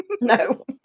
no